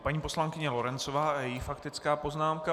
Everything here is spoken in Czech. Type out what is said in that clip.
Paní poslankyně Lorencová a její faktická poznámka.